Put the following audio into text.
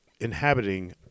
inhabiting